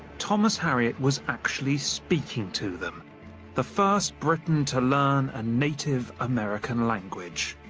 thomas harriot was actually speaking to them the first briton to learn a native american language.